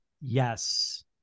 yes